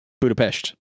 Budapest